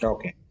Okay